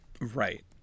Right